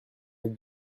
est